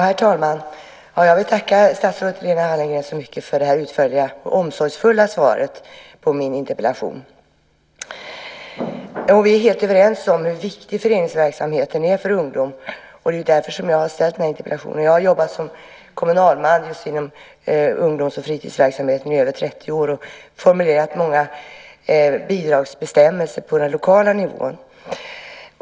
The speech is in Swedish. Herr talman! Jag vill tacka statsrådet Lena Hallengren så mycket för det här utförliga och omsorgsfulla svaret på min interpellation. Vi är helt överens som hur viktig föreningsverksamheten är för ungdom, och det är därför jag har ställt den här interpellationen. Jag har jobbat kommunalt just inom ungdoms och fritidsverksamhet i över 30 år och formulerat många bidragsbestämmelser på den lokala nivån.